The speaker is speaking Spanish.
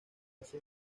hace